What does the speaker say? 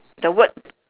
the word